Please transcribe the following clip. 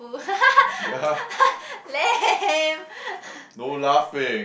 lame